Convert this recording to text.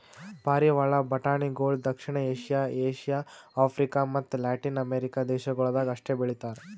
ಪಾರಿವಾಳ ಬಟಾಣಿಗೊಳ್ ದಕ್ಷಿಣ ಏಷ್ಯಾ, ಏಷ್ಯಾ, ಆಫ್ರಿಕ ಮತ್ತ ಲ್ಯಾಟಿನ್ ಅಮೆರಿಕ ದೇಶಗೊಳ್ದಾಗ್ ಅಷ್ಟೆ ಬೆಳಿತಾರ್